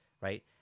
Right